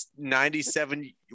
97